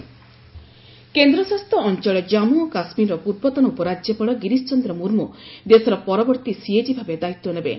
CAG Murmu କେନ୍ଦ୍ର ଶାସିତ ଅଞ୍ଚଳ ଜାନ୍ଷୁ ଓ କାଶ୍ମୀରର ପୂର୍ବତନ ଉପରାଜ୍ୟପାଳ ଗିରିଶ ଚନ୍ଦ୍ର ମୁର୍ମୁ ଦେଶର ପରବର୍ତ୍ତୀ ସିଏଜି ଭାବେ ଦାୟିତ୍ୱ ନେବେ